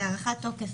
והארכת תוקף,